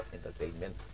entertainment